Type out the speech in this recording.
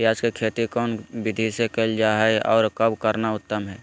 प्याज के खेती कौन विधि से कैल जा है, और कब करना उत्तम है?